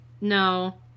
No